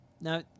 now